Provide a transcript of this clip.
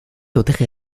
enterré